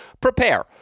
prepare